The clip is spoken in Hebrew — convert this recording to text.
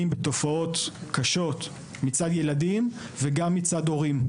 בתופעות קשות מצד ילדים וגם מצד הורים.